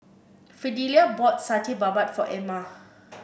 Fidelia bought Satay Babat for Emma